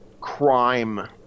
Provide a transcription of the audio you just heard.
crime